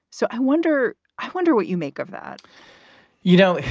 so i wonder i wonder what you make of that you know,